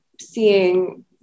seeing